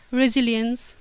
resilience